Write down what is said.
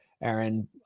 Aaron